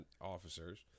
officers